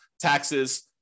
taxes